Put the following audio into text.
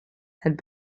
had